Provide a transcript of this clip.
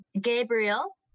Gabriel